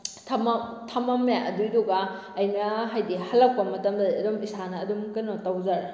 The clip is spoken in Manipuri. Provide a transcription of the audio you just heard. ꯊꯝꯃꯝꯃꯦ ꯑꯗꯨꯗꯨꯒ ꯑꯩꯅ ꯍꯥꯏꯗꯤ ꯍꯜꯂꯛꯄ ꯃꯇꯝꯗ ꯑꯗꯨꯝ ꯏꯁꯥꯅ ꯑꯗꯨꯝ ꯀꯩꯅꯣ ꯇꯧꯖꯔꯦ